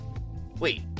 Wait